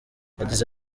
yagize